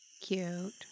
Cute